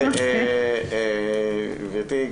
תודה גברתי.